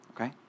Okay